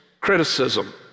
criticism